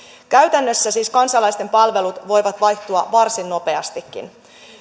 käytännössä siis kansalaisten palvelut voivat vaihtua varsin nopeastikin